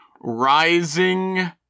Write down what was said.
Rising